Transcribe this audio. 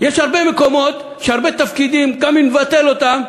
יש הרבה מקומות והרבה תפקידים שאם תבטל גם אותם,